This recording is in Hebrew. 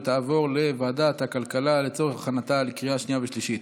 ותעבור לוועדת הכלכלה לצורך הכנתה לקריאה שנייה ושלישית.